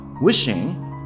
wishing